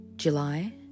July